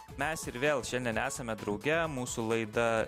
mes ir vėl šiandien esame drauge mūsų laidą